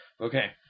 Okay